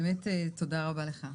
באמת תודה רבה לך,